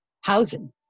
housing